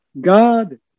God